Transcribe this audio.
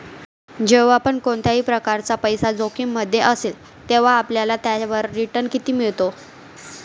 जेव्हा पण कोणत्याही प्रकारचा पैसा जोखिम मध्ये असेल, तेव्हा आपल्याला त्याच्यावर रिटन किती मिळतो?